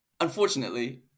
Unfortunately